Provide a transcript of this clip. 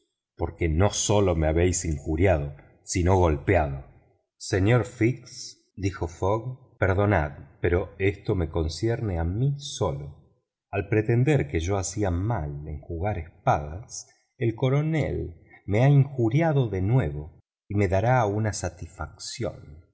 porque no sólo me habéis injuriado sino golpeado señor fix dijo fogg perdonad pero esto me concierne a mí solo al pretender que yo hacía mal en jugar espadas el coronel me ha injuriado de nuevo y me dará una satisfacción